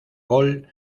gol